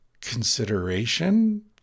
consideration